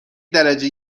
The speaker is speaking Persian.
درجه